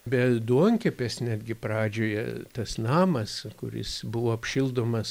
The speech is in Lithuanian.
be duonkepės netgi pradžioje tas namas kuris buvo apšildomas